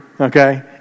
Okay